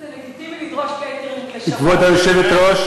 חבר הכנסת איל בן ראובן, אינו נוכח.